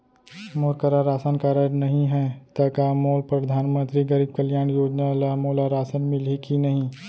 मोर करा ration card नहीं है त का मोल परधानमंतरी गरीब कल्याण योजना ल मोला राशन मिलही कि नहीं?